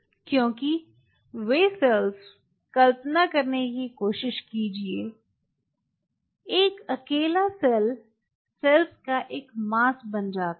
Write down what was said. क्योंकि वे सेल्स कल्पना करने की कोशिश कीजिये एक अकेला सेल सेल्स का एक मास बन जाता है